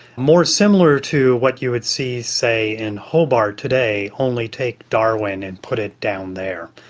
more similar to what you would see, say, in hobart today, only take darwin and put it down there.